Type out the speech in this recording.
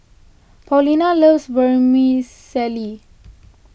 Paulina loves Vermicelli